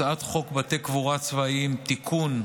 הצעת החוק בתי קבורה צבאיים (תיקון,